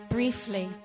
Briefly